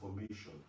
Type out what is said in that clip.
information